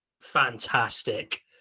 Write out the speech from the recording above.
fantastic